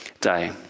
day